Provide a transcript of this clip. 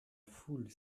foule